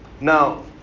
Now